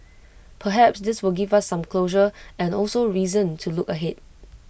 perhaps this will give us some closure and also reason to look ahead